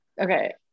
Okay